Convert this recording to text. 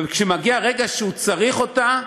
וכשמגיע הרגע שהוא צריך אותה,